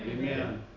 Amen